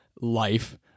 life